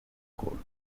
curts